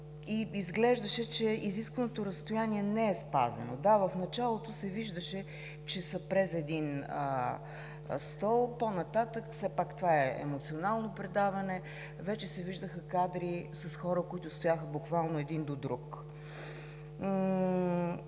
и изглеждаше, че изисканото разстояние не е спазено. Да, в началото се виждаше, че са през един стол, по нататък, все пак това е емоционално предаване, вече се виждаха кадри с хора, които стояха буквално един до друг.